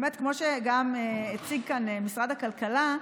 באמת, כמו שגם הציג כאן משרד הכלכלה,